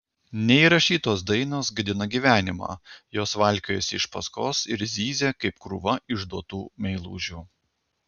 neįrašytos dainos gadina gyvenimą jos valkiojasi iš paskos ir zyzia kaip krūva išduotų meilužių